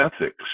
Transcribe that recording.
ethics